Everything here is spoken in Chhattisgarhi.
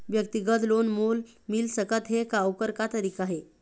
व्यक्तिगत लोन मोल मिल सकत हे का, ओकर का तरीका हे?